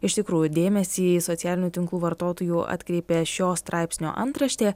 iš tikrųjų dėmesį į socialinių tinklų vartotojų atkreipė šio straipsnio antraštė